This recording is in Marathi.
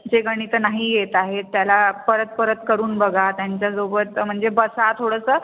जे गणितं नाही येत आहेत त्याला परत परत करून बघा त्यांच्यासोबत म्हणजे बसा थोडंसं